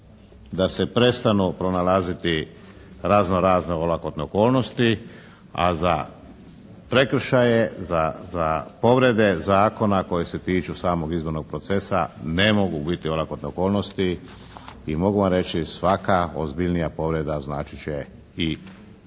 da se prestanu pronalaziti razno-razne olakotne okolnosti, a za prekršaje, za povrede zakona koji se tiču samog izbornog procesa ne mogu biti olakotne okolnosti i mogu vam reći svaka ozbiljnija povreda značit će i otkaz